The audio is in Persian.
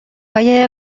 های